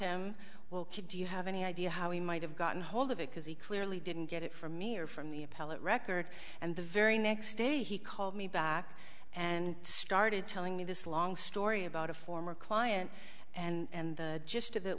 him well could you have any idea how he might have gotten hold of it because he clearly didn't get it from me or from the appellate record and the very next day he called me back and started telling me this long story about a former client and the gist of it